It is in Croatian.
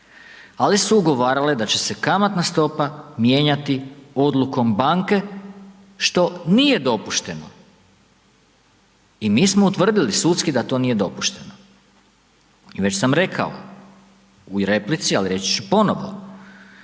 ali su ugovarale da će se kamatna stopa mijenjati odlukom banke što nije dopušteno. I mi smo utvrdili sudski da to nije dopušteno. I već sam rekao u replici ali reći ću i ponovno,